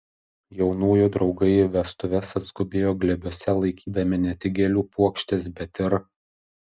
jaunųjų draugai į vestuves atskubėjo glėbiuose laikydami ne tik gėlių puokštes bet ir